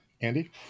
Andy